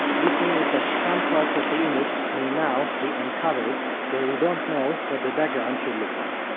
this means that some parts of the image may now be uncovered where we don't know what the background should look like.